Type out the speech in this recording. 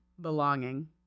belonging